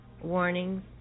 warnings